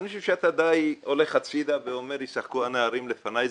אני חושב שאתה די הולך הצידה ואומר ישחקו הנערים לפני.